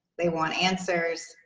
they want answers.